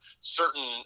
certain